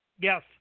Yes